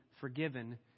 forgiven